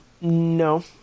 no